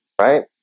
Right